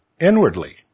inwardly